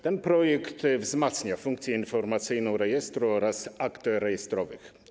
Ten projekt wzmacnia funkcje informacyjną rejestru oraz akt rejestrowych.